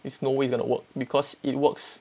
it's no way it's going to work because it works